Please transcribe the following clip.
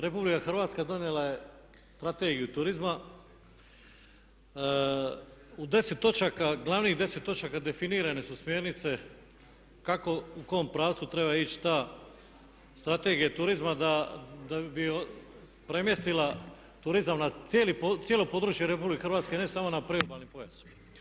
RH donijela je strategiju turizma, u glavnih 10 točaka definirane su smjernice kako u kom pravcu treba ići ta strategija turizma da bi premjestila turizam na cijelo područje RH ne samo na priobalni pojas.